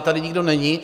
Tady nikdo není.